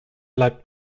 bleibt